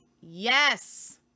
Yes